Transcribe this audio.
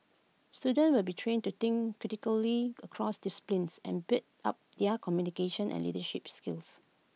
students will be trained to think critically across disciplines and build up their communication and leadership skills